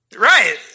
Right